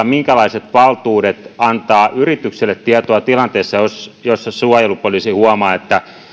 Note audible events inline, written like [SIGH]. [UNINTELLIGIBLE] minkälaiset valtuudet suojelupoliisilla on antaa yritykselle tietoa tilanteessa jossa suojelupoliisi huomaa että